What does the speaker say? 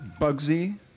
Bugsy